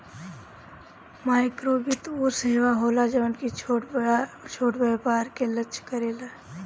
माइक्रोवित्त उ सेवा होला जवन की छोट छोट व्यवसाय के लक्ष्य करेला